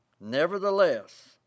Nevertheless